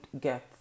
get